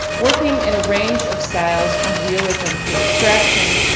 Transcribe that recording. working in a range of styles from realism to abstraction,